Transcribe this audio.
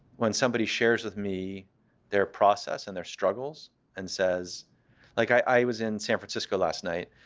when somebody shares with me their process and their struggles and says like i was in san francisco last night,